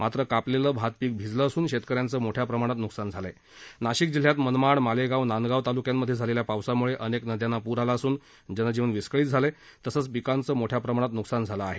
मात्र कापलप्त भातपिक भिजल असून शप्तकऱ्याद्य मोठ्या प्रमाणात न्कसान झालय नाशिक जिल्ह्यात मनमाड मालेगाव नांदगाव तालुक्यांमधे झालेल्या पावसामुळं अनेक नद्यांना पूर आला असून जनजीवन विस्कळीत झालं आहे तसंच पिकांचं मोठ्या प्रमाणात न्कसान झालं आहे